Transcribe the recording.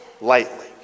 lightly